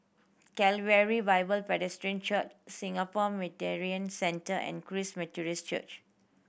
Calvary Bible Presbyterian Church Singapore Mediation Centre and Christ Methodist Church